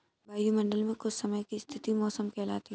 वायुमंडल मे कुछ समय की स्थिति मौसम कहलाती है